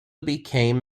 became